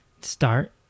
Start